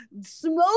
smoke